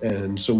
and so